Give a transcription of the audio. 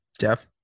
Jeff